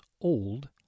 old